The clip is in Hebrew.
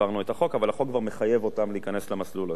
אבל החוק כבר מחייב אותם להיכנס למסלול הזה.